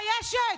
מתביישת?